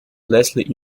leslie